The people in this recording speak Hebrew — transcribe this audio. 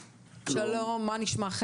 שלום, מה נשמע?